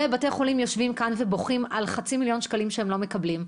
ובתי החולים יושבים כאן ובוכים על חצי מיליון שקלים שהם לא מקבלים,